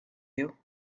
you